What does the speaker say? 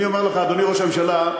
אדוני ראש הממשלה,